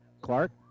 Clark